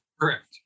Correct